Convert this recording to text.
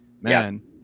man